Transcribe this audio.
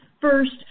first